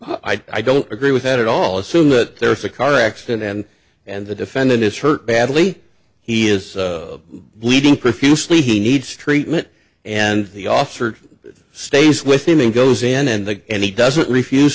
so i don't agree with that at all assume that there's a car accident and and the defendant is hurt badly he is bleeding profusely he needs treatment and he offered stays with him and goes in in the end he doesn't refuse